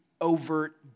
overt